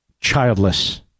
childless